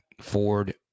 Ford